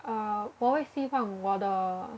uh 我会希望我的